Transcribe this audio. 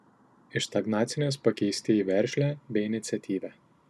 iš stagnacinės pakeisti į veržlią bei iniciatyvią